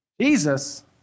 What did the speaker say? Jesus